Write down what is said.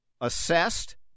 assessed